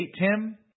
Tim